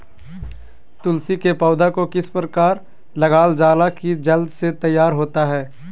तुलसी के पौधा को किस प्रकार लगालजाला की जल्द से तैयार होता है?